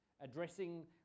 addressing